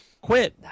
Quit